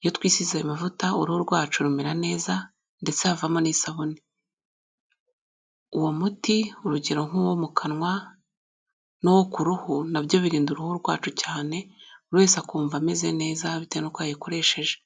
Iyo twisize ayo amavuta, uruhu rwacu rumera neza ndetse havamo n'isabune. Uwo muti, urugero nk'uwo mu kanwa n'uwo ku ruhu, na byo birinda uruhu rwacu cyane, buri wese akumva ameze neza bitewe n'uko yayikoresheje.